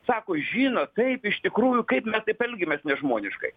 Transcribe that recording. sako žinot taip iš tikrųjų kaip mes taip elgiamės nežmoniškai